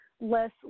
less